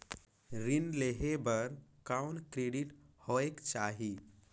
ऋण लेहे बर कौन क्रेडिट होयक चाही?